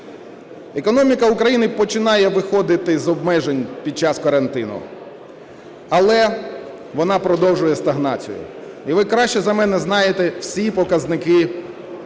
Економіка України починає виходити з обмежень під час карантину, але вона продовжує стагнацію, і ви краще за мене знаєте всі показники